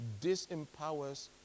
disempowers